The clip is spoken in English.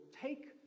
take